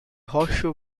horseshoe